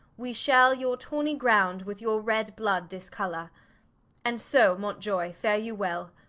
we shall your tawnie ground with your red blood discolour and so mountioy, fare you well.